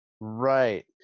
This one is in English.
Right